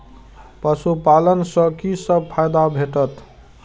पशु पालन सँ कि सब फायदा भेटत?